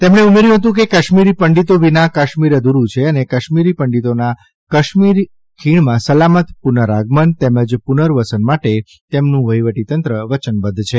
તેમણે ઉમેર્યુ હતું કે કાશ્મીરી પંડિતો વિના કાશ્મીર અધૂરૂ છે અને કાશ્મીરી પંડિતોના કાશ્મીર ખીણમાં સલામત પુનરાગમન તેમજ પુનર્વશન માટે તેમનો વહીવટી તંત્ર વચન બધ્ધ છે